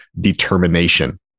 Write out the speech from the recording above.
determination